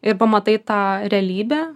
ir pamatai tą realybę